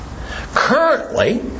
Currently